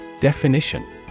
Definition